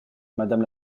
madame